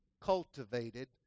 cultivated